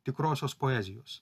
tikrosios poezijos